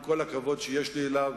עם כל הכבוד שיש לי אליו,